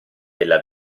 della